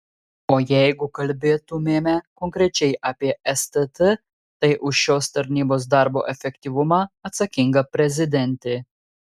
o jeigu kalbėtumėme konkrečiai apie stt tai už šios tarnybos darbo efektyvumą atsakinga prezidentė